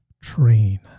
train